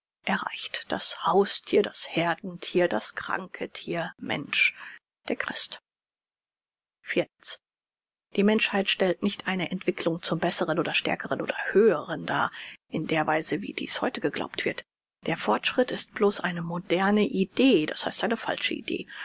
erreicht das hausthier das heerdenthier das kranke thier mensch der christ die menschheit stellt nicht eine entwicklung zum besseren oder stärkeren oder höheren dar in der weise wie dies heute geglaubt wird der fortschritt ist bloß eine moderne idee das heißt eine falsche idee